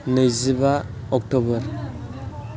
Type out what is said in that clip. नैजिबा अक्ट'बर